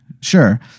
sure